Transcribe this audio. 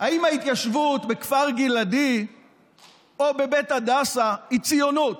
אם התיישבות בכפר גלעדי או בבית הדסה היא ציונות.